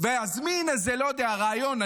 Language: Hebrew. עכשיו ואזמין איזה ריאיון,